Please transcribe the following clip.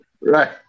Right